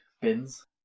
bins